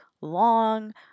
long